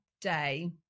day